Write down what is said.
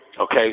Okay